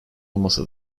olmasa